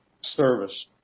service